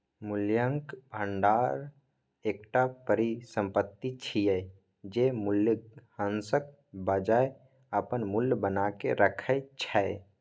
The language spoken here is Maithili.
मूल्यक भंडार एकटा परिसंपत्ति छियै, जे मूल्यह्रासक बजाय अपन मूल्य बनाके राखै छै